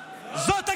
מקלל,